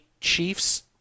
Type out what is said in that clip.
Chiefs